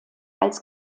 als